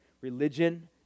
religion